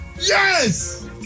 Yes